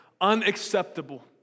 unacceptable